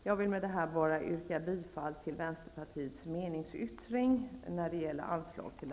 Jag vill med detta yrka bifall till